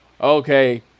okay